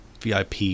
VIP